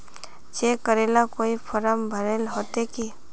Cheque करेला कोई form भरेले होते की?